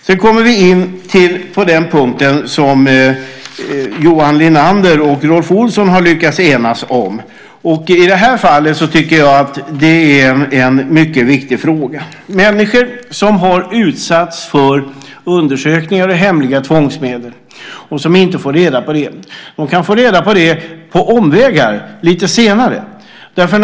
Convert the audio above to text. Sedan kommer jag in på den punkt som Johan Linander och Rolf Olsson har lyckats enas om. I det här fallet tycker jag att det är en mycket viktig fråga. Människor som har utsatts för undersökningar och hemliga tvångsmedel och inte fått reda på det kan få reda på det senare på omvägar.